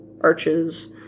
arches